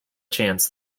chance